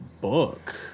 book